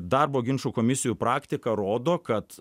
darbo ginčų komisijų praktika rodo kad